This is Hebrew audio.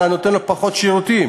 אתה נותן לו פחות שירותים,